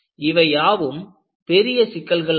இவையாவும் பெரிய சிக்கல்கள் ஆகும்